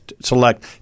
select